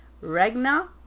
Regna